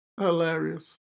Hilarious